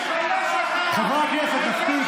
חברי הכנסת ארבל,